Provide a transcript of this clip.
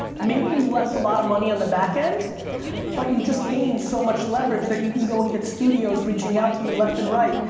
maybe you left a lot of money on the back end but you just gained so much leverage that you can go and get studios reaching out to you left and right.